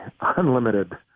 unlimited